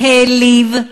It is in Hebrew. העליב,